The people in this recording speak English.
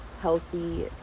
healthy